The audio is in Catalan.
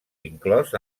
inclòs